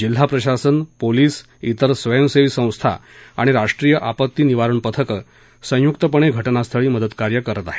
जिल्हा प्रशासन पोलीस इतर स्वयंसेवी संस्था आणि राष्ट्रीय आपत्ती निवारण पथकं संयुक्तपणे घटनास्थळी मदत कार्य करत आहेत